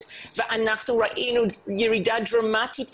ואכיפה שהיא ברמה היותר מקומית של הרשות המקומית,